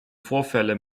vorfälle